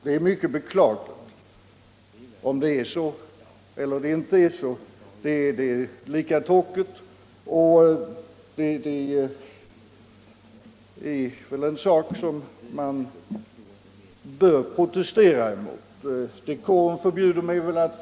Det är mycket beklagligt om det är så, men det är nästan lika tråkigt om det bara är taktlöshet. Man bör ändå protestera mot att propositioner avlämnas så sent som i detta fall.